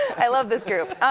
i love this group!